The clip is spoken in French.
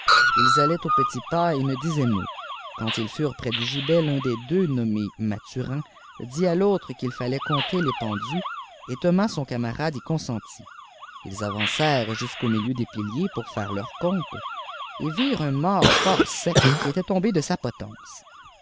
us allaient au petit pas et ne disaient mot quand ils furent près du gibet l'un des deux nommé mathurin dit à l'autre qu'il fallait compter les pendus et thomas son camarade y consentit ils avancèrent jusqu'au milieu des piliers pour faire leur compte et virent un mort fort sec qui était tombé de sa potence